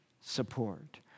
support